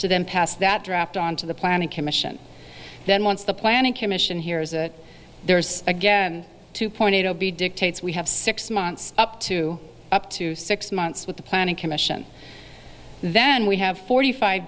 to then pass that draft on to the planning commission then once the planning commission hears it there's again two point eight zero be dictates we have six months up to up to six months with the planning commission then we have forty five